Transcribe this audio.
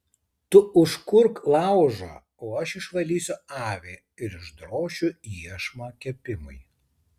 tu užkurk laužą o aš išvalysiu avį ir išdrošiu iešmą kepimui